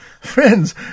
friends